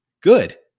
good